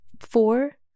four